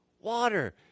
Water